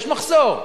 יש מחסור.